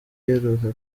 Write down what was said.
iheruka